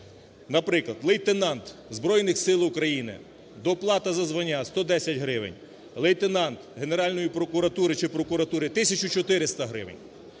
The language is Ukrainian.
Наприклад. Лейтенант Збройних Сил України: доплата за звання – 110 гривень. Лейтенант Генеральної прокуратури чи прокуратури – 1400 гривень.